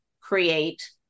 create